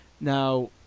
now